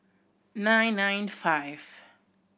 nine nine five